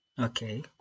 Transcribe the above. Okay